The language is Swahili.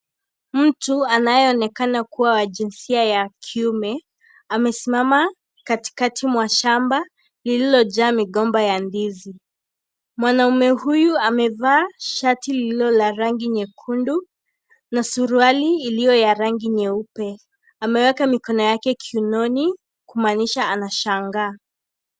Mtu anayeonekana kuwa wa jinsia ya kiume amesimama katikati mwa shamba lililojaa migomba ya ndizi, mwanaume huyu amevaa shati lililo la rangi nyekundu, na suruali iliyo ya rangi nyeupe, ameweka mikono yake kiunoni, kumaanisha anashangaa.